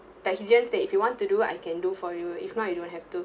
like he just state if you want to do I can do for you if not you don't have to